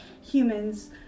humans